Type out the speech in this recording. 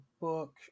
book